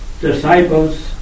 disciples